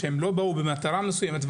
הם לא באו במטרה מסוימת,